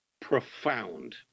profound